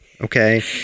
Okay